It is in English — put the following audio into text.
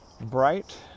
Bright